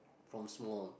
from small